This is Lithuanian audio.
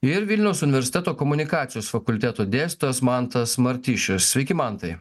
ir vilniaus universiteto komunikacijos fakulteto dėstytojas mantas martišius sveiki mantai